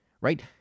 right